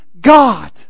God